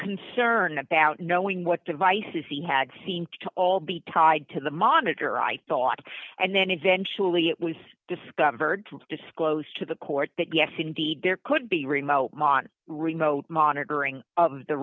concern about knowing what devices he had seemed to all be tied to the monitor i thought and then eventually it was discovered disclosed to the court that yes indeed there could be remote remote monitoring